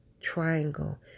triangle